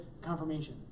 Confirmation